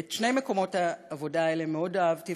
את שני מקומות העבודה האלה מאוד אהבתי